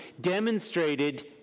demonstrated